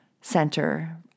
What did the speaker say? center